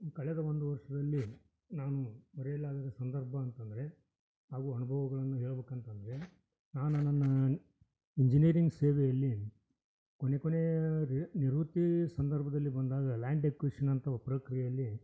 ಕಳೆದ ಒಂದು ವರ್ಷದಲ್ಲಿ ನಾನು ಮರೆಯಲಾರದ ಸಂದರ್ಭ ಅಂತಂದರೆ ಹಾಗೂ ಅನುಭವಗಳನ್ನು ಹೇಳ್ಬೇಕು ಅಂತಂದರೆ ನಾನು ನನ್ನ ಇಂಜಿನಿಯರಿಂಗ್ ಸೇವೆಯಲ್ಲಿ ಕೊನೆ ಕೊನೆಯಾ ರಿ ನಿವೃತ್ತೀ ಸಂದರ್ಭದಲ್ಲಿ ಬಂದಾಗ ಲ್ಯಾಂಡ್ ಎಕ್ವೀಷನ್ ಅಂಥ ಪ್ರಕ್ರಿಯೆಯಲ್ಲಿ